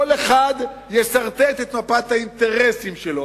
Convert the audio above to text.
כל אחד יסרטט את מפת האינטרסים שלו.